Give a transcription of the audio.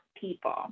people